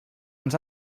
ens